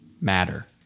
matter